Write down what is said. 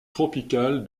tropical